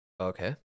okay